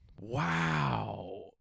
Wow